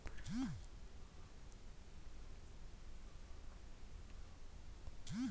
ಅಮರ್ತ್ಯಸೇನ್ ಭಾರತದ ಆರ್ಥಿಕ ತಜ್ಞರಲ್ಲಿ ಒಬ್ಬರು